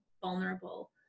vulnerable